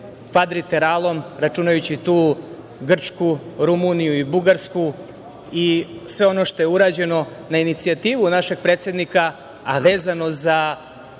kvadriteralom, računajući tu Grčku, Rumuniju i Bugarsku i sve ono što je urađeno na inicijativu našeg predsednika, a vezano za